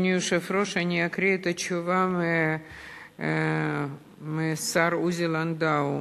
אני אקריא את התשובה של השר עוזי לנדאו: